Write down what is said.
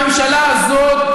הממשלה הזאת,